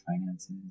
finances